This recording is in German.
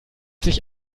sich